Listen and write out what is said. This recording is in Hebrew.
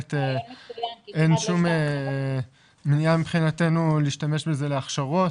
אין שום מניעה מבחינתנו להשתמש בזה להכשרות,